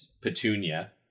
Petunia